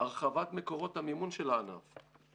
הרחבת מקורות המימון של הענף;